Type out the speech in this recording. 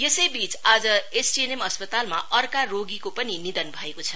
यसैवीच आज एसटीएनएम अस्पतालमा अर्का रोगीको पनि निधन भएको छ